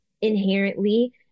inherently